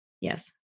Yes